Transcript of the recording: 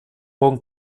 bon